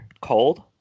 cold